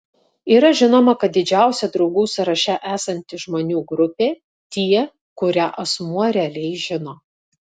yra žinoma kad didžiausia draugų sąraše esanti žmonių grupė tie kurią asmuo realiai žino